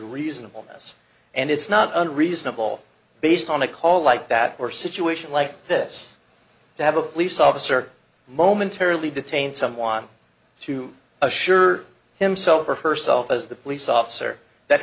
reasonable yes and it's not unreasonable based on a call like that or a situation like this to have a police officer momentarily detain someone to assure himself or herself as the police officer that